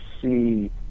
see